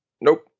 Nope